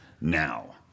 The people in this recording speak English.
now